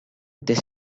they